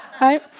right